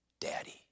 Daddy